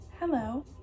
Hello